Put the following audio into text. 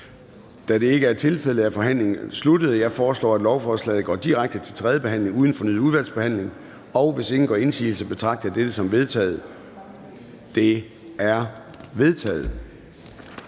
Da det ikke er tilfældet, er forhandlingen sluttet. Jeg foreslår, at lovforslaget går direkte til tredje behandling uden fornyet udvalgsbehandling. Hvis ingen gør indsigelse, betragter jeg dette som vedtaget. Det er vedtaget.